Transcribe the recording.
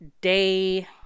day